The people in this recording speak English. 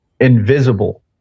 invisible